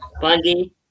Bundy